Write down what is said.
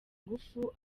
ingufu